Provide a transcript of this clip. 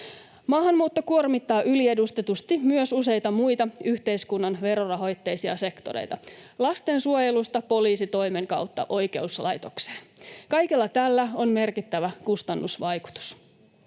Maahanmuutto kuormittaa yliedustetusti myös useita muita yhteiskunnan verorahoitteisia sektoreita lastensuojelusta poliisitoimen kautta oikeuslaitokseen. Kaikella tällä on merkittävä kustannusvaikutus.